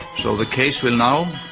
so the case will now,